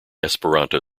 esperanto